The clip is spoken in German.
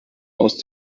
aus